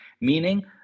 meaning